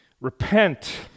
repent